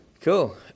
Cool